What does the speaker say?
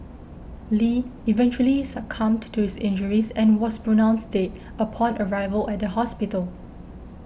Lee eventually succumbed to his injuries and was pronounced dead upon arrival at the hospital